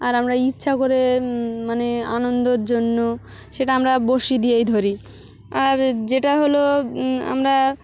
আর আমরা ইচ্ছা করে মানে আনন্দেরর জন্য সেটা আমরা বড়শি দিয়েই ধরি আর যেটা হলো আমরা